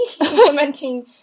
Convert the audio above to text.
implementing